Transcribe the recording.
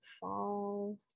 fall